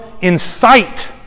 incite